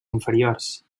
inferiors